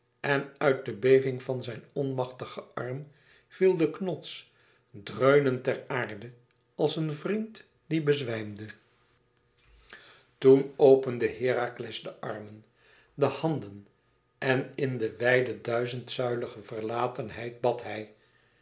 en uit de beving van zijn onmachtigen arm viel de knots dreunend ter aarde als een vriend die bezwijmde toen opende herakles de armen de handen en in de wijde duizendzuilige verlatenheid bad hij